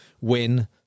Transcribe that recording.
win